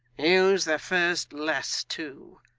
use the first less too,